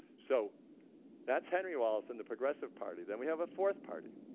so that's henry wallace in the progressive party then we have a fourth party,